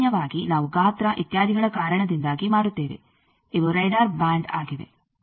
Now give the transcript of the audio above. ಸಾಮಾನ್ಯವಾಗಿ ನಾವು ಗಾತ್ರ ಇತ್ಯಾದಿಗಳ ಕಾರಣದಿಂದಾಗಿ ಮಾಡುತ್ತೇವೆ ಇವು ರಾಡಾರ್ ಬ್ಯಾಂಡ್ ಆಗಿವೆ